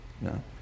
No